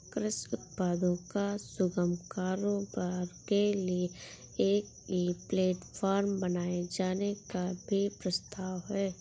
कृषि उत्पादों का सुगम कारोबार के लिए एक ई प्लेटफॉर्म बनाए जाने का भी प्रस्ताव है